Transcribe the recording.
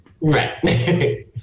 Right